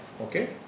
Okay